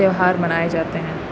تہوار منائے جاتے ہیں